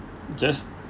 just